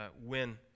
win